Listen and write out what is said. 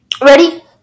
Ready